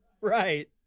Right